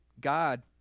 God